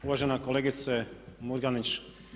Uvažena kolegice Murganić.